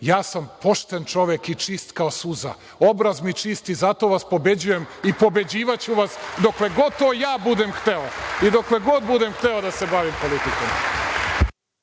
ja sam pošten čovek i čist kao suza. Obraz mi je čist i zato vas pobeđujem i pobeđivaću vas dokle god to ja budem hteo i dokle god budem hteo da se bavim politikom.